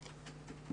בודקים.